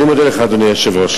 אני מודה לך, אדוני היושב-ראש.